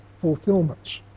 fulfillments